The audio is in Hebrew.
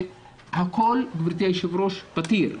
הכל, גבירתי היו"ר, פתיר.